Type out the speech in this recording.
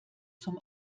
zum